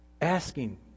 asking